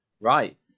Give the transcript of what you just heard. Right